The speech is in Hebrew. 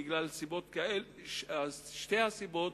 בגלל שתי הסיבות,